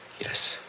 Yes